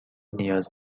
نیاز